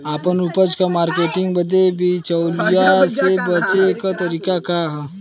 आपन उपज क मार्केटिंग बदे बिचौलियों से बचे क तरीका का ह?